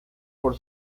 por